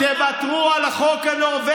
מוותרים על יוראי, תוותרו על החוק הנורבגי.